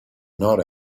not